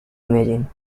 imagine